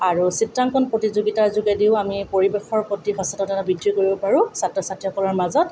আৰু চিত্ৰাংকণ প্ৰতিযোগিতাৰ যোগেদিও আমি পৰিৱেশৰ প্ৰতি সচেতনতা বৃদ্ধি কৰিব পাৰোঁ ছাত্ৰ ছাত্ৰীসকলৰ মাজত